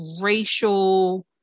racial